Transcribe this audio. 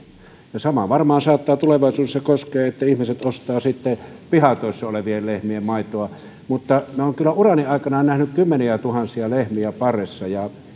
ja sama varmaan saattaa tulevaisuudessa koskea sitä että ihmiset ostavat sitten pihatoissa olevien lehmien maitoa mutta minä olen kyllä urani aikana nähnyt kymmeniätuhansia lehmiä parressa ja minä